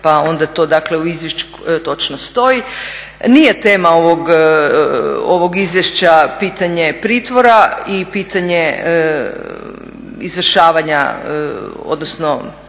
Pa onda to dakle u izvješću točno stoji. Nije tema ovog izvješća pitanje pritvora i pitanje izvršavanja odnosno